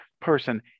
person